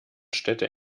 städte